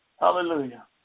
Hallelujah